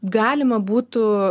galima būtų